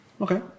okay